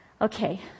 Okay